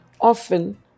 often